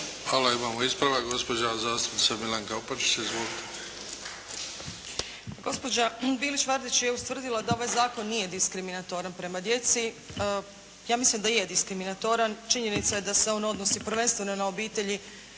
Hvala. Imamo ispravak. Gospođa zastupnica Milanka Opačić. Izvolite. **Opačić, Milanka (SDP)** Gospođa Bilić Vardić je ustvrdila da ovaj zakon nije diskriminatoran prema djeci. Ja mislim da je diskriminatoran. Činjenica je da se on odnosi prvenstveno na obitelji